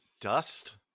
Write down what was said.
dust